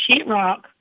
sheetrock